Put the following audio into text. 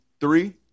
three